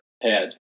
head